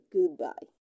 Goodbye